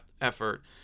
effort